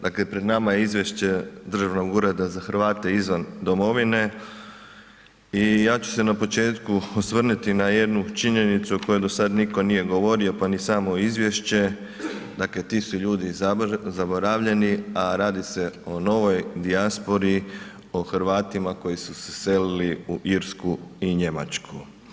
Dakle pred nama je Izvješće Državnog ureda za Hrvate izvan domovine i ja ću se na početku osvrnuti na jednu činjenicu o kojoj do sad nitko nije govorio pa ni samo izvješće, dakle ti su ljudi zaboravljeni a radi se o novoj dijaspori, o Hrvatima koji su se selili u Irsku i Njemačku.